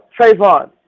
Trayvon